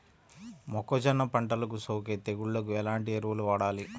మొక్కజొన్న పంటలకు సోకే తెగుళ్లకు ఎలాంటి ఎరువులు వాడాలి?